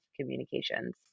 communications